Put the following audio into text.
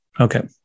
Okay